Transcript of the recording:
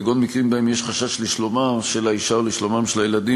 כגון מקרים שבהם יש חשש לשלומה של האישה ולשלומם של הילדים,